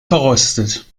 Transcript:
verrostet